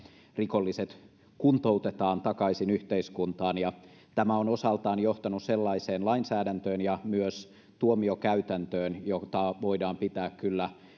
rikolliset kuntoutetaan takaisin yhteiskuntaan ja tämä on osaltaan johtanut sellaiseen lainsäädäntöön ja myös tuomiokäytäntöön jota voidaan pitää kyllä